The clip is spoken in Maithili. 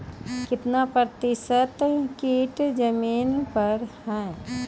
कितना प्रतिसत कीट जमीन पर हैं?